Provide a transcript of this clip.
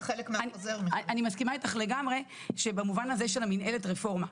אני מסכימה איתך לגמרי במובן הזה של מינהלת הרפורמה.